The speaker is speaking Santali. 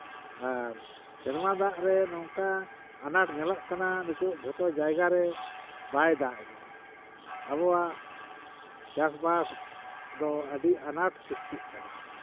ᱟᱨ ᱥᱮᱨᱢᱟ ᱫᱟᱜᱨᱮ ᱱᱚᱝᱠᱟ ᱟᱱᱟᱴ ᱧᱮᱞᱚᱜ ᱠᱟᱱᱟ ᱱᱤᱛᱚᱜ ᱡᱷᱚᱛᱚ ᱡᱟᱭᱜᱟᱨᱮ ᱵᱟᱭ ᱫᱟᱜ ᱮᱫᱟ ᱟᱵᱚᱣᱟᱜ ᱪᱟᱥᱼᱵᱟᱥ ᱫᱚ ᱟᱹᱰᱤ ᱟᱱᱟᱴ ᱥᱨᱤᱥᱴᱤᱜ ᱠᱟᱱᱟ